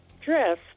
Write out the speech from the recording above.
dress